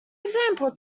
example